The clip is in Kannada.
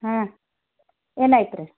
ಹಾಂ ಏನಾಯ್ತು ರೀ